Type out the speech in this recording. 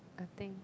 I think